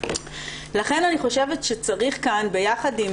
לכן אני חושבת שצריך כאן ביחד עם